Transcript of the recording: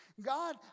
God